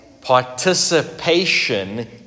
participation